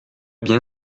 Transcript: bien